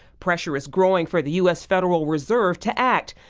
pressure is growing for the us federal reserve to act.